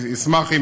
אשמח גם אם